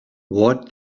what